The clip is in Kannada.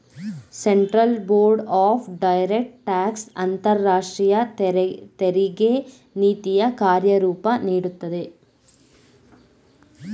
central board of direct tax ಅಂತರಾಷ್ಟ್ರೀಯ ತೆರಿಗೆ ನೀತಿಯ ಕಾರ್ಯರೂಪ ನೀಡುತ್ತದೆ